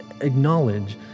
acknowledge